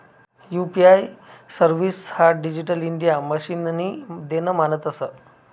UPI service हाई digital India मिशननी देन मानतंस